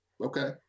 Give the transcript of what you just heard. okay